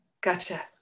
Gotcha